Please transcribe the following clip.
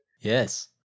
Yes